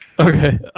okay